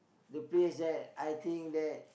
the player said I think that